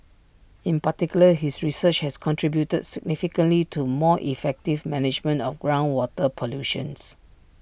in particular his research has contributed significantly to more effective management of groundwater pollution